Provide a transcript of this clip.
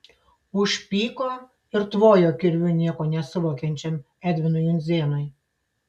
užpyko ir tvojo kirviu nieko nesuvokiančiam edvinui undzėnui